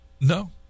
No